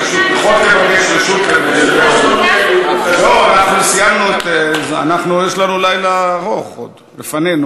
אנחנו סיימנו, יש לנו עוד לילה ארוך לפנינו.